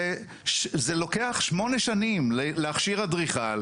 זה לוקח שמונה שנים להכשיר אדריכל